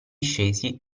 scesi